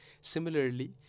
Similarly